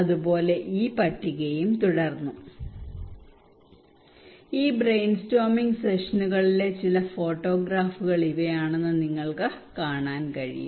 അതുപോലെ ഈ പട്ടികയും തുടർന്നു ഈ ബ്രെയിൻസ്റ്റോമിംഗ് സെഷനുകളിലെ ചില ഫോട്ടോഗ്രാഫുകൾ ഇവയാണെന്ന് നിങ്ങൾക്ക് കാണാൻ കഴിയും